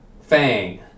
Fang